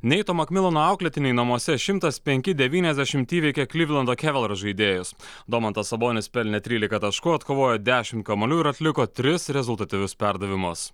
neito makmilono auklėtiniai namuose šimtas penki devyniasdešimt įveikė klivlando cavaliers žaidėjus domantas sabonis pelnė trylika taškų atkovojo dešim kamuolių ir atliko tris rezultatyvius perdavimus